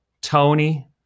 Tony